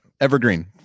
evergreen